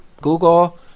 Google